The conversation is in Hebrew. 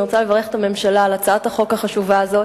אני רוצה לברך את הממשלה על הצעת החוק החשובה הזאת.